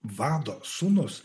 vado sūnus